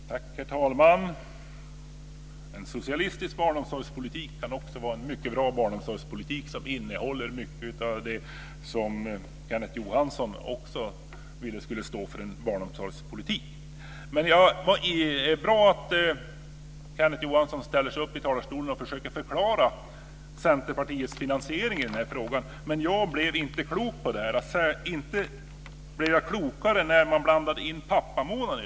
Herr talman! En socialistisk barnomsorgspolitik kan också vara mycket bra och innehålla mycket av det som Kenneth Johansson också vill att en barnomsorgspolitik ska stå för. Det är bra att Kenneth Johansson ställer sig upp i talarstolen och försöker förklara Centerpartiets finansiering i den här frågan. Men jag blev inte klok på det här. Och inte blev jag klokare när han blandade in pappamånaden.